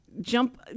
jump